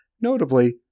Notably